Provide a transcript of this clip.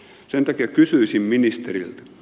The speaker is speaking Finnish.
sen takia kysyisin ministeriltä